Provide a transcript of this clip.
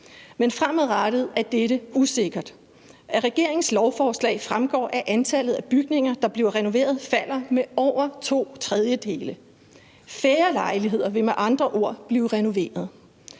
Men fremadrettet er dette usikkert. Af regeringens lovforslag fremgår, at antallet af bygninger, der bliver renoveret, falder med over to tredjedele. Færre lejligheder vil med andre ord blive renoveret.